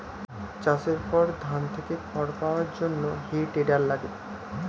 চাষের পর ধান থেকে খড় পাওয়ার জন্যে হে টেডার লাগে